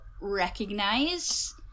recognize